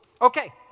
okay